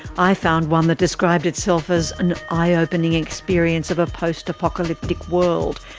i found one that described itself as an eye opening experience of a post-apocalyptic world,